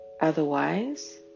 Otherwise